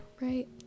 right